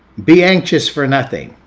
be anxious for nothing.